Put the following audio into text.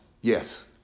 Yes